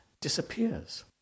disappears